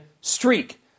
streak